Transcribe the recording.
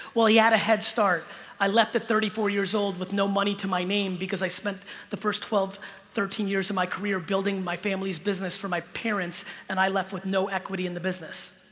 well, he had a head start i left at thirty four years old with no money to my name because i spent the first twelve thirteen years of and my career building my family's business for my parents and i left with no equity in the business